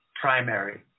primary